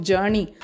Journey